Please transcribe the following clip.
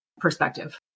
perspective